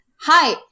hi